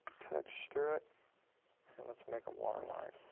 touch through it and let's make a waterline.